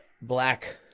Black